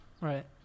Right